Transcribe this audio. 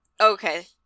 Okay